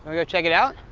go check it out?